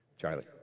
Charlie